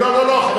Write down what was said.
לא יכול להיות,